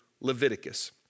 Leviticus